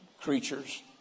creatures